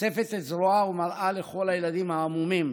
חושפת את זרועה ומראה לכל הילדים המומים